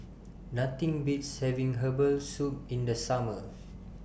Nothing Beats having Herbal Soup in The Summer